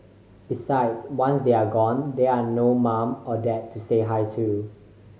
besides once they are gone there're no mum or dad to say hi to